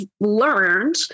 learned